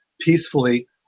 peacefully